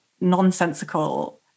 nonsensical